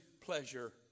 pleasure